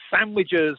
sandwiches